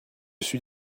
suis